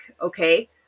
okay